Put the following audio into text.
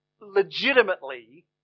legitimately